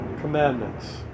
commandments